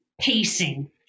pacing